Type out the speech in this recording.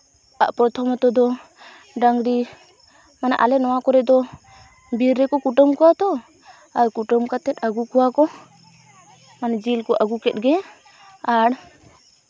ᱯᱨᱚᱛᱷᱚᱢᱚᱛᱚ ᱫᱚ ᱰᱟᱹᱝᱨᱤ ᱟᱞᱮ ᱱᱚᱣᱟ ᱠᱚᱨᱮᱫᱚ ᱵᱤᱨ ᱨᱮᱠᱚ ᱠᱩᱴᱟᱹᱢ ᱠᱚᱣᱟ ᱛᱚ ᱟᱨ ᱠᱩᱴᱟᱹᱢ ᱠᱟᱛᱮᱫ ᱟᱹᱜᱩ ᱠᱚᱣᱟᱠᱚ ᱢᱟᱱᱮ ᱡᱤᱞ ᱠᱚ ᱟᱹᱜᱩ ᱠᱮᱫ ᱜᱮ ᱟᱨ